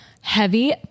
heavy